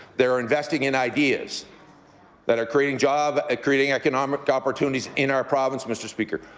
they're investing in ideas that are creating jobs, ah creating economic opportunities in our province, mr. speaker.